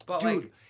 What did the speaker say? Dude